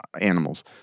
animals